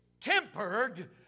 tempered